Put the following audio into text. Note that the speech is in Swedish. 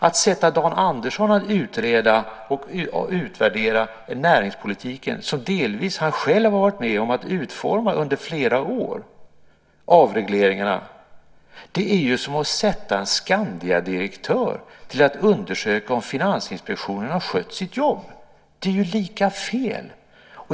Att sätta Dan Andersson att utreda och utvärdera näringspolitiken, som han delvis själv har varit med om att utforma under flera år - avregleringarna - är ju som att sätta en Skandiadirektör till att undersöka om Finansinspektionen har skött sitt jobb. Det är ju lika fel!